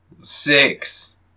six